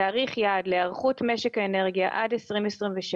תאריך יעד להיערכות משק האנרגיה עד 2027,